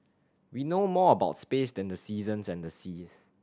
we know more about space than the seasons and the seas